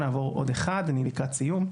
(שקף: תועלות בולטות לעבודת הממשלה).